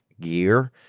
gear